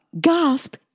gasp